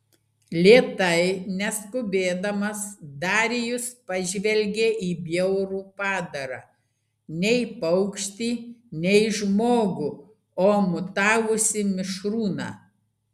lėtai neskubėdamas darijus pažvelgė į bjaurų padarą nei paukštį nei žmogų o mutavusį mišrūną